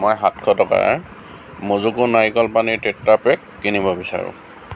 মই সাতশ টকাৰ মোজোকো নাৰিকল পানীৰ টেট্ৰাপেক কিনিব বিচাৰোঁ